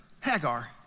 Hagar